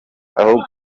aho